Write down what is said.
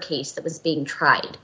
case that was being tried